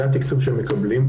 זה התקצוב שהם מקבלים,